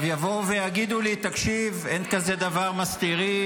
--- יגידו לי: תקשיב, אין כזה דבר "מסתירים".